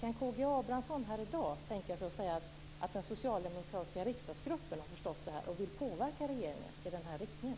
Kan K G Abramsson i dag tänka sig att säga att den socialdemokratiska riksdagsgruppen har förstått det här och vill påverka regeringen i den riktningen?